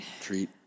Treat